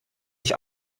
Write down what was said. ich